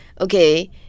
okay